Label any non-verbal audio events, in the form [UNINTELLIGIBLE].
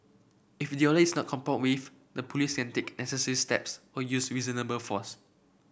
if the [UNINTELLIGIBLE] is not complied with the Police can take necessary steps or use reasonable force